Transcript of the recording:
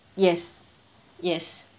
yes yes